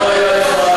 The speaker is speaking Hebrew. לא היה אחד,